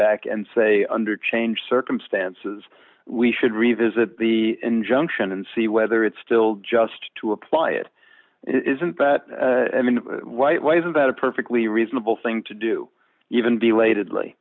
back and say under changed circumstances we should revisit the injunction and see whether it's still just to apply it isn't that right way isn't that a perfectly reasonable thing to do even be la